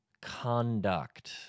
conduct